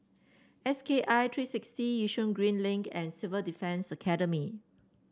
S K I three sixty Yishun Green Link and Civil Defence Academy